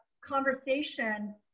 conversation